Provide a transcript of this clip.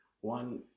one